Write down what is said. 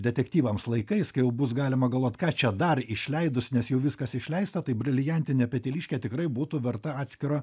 detektyvams laikais kai jau bus galima galvot ką čia dar išleidus nes jau viskas išleistą tai briliantinė peteliškė tikrai būtų verta atskiro